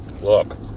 look